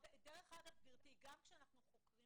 דרך אגב, גם כשאנחנו חוקרים